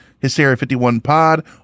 hysteria51pod